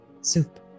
Soup